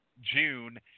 June